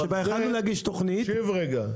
שכבר יכולנו להגיש תכנית --- תקשיב רגע.